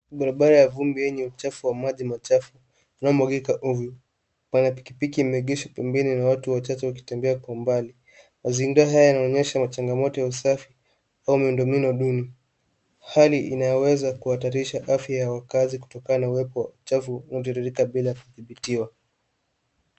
Barabara ya vumbi yenye uchafu wa maji machafu unaomwagika ovyo. Pana pikipiki imeegeshwa mbele na watu wachache wakitembea kwa mbali. Mazingira haya yanaonyesha machangamoto ya usafi au miundombinu duni. Hali inayoweza kuhatarisha afya ya wakazi kutokana na uwepo wa uchafu unaotiririka bila kudhibitiwa.